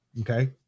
Okay